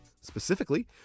Specifically